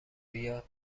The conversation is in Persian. بیاد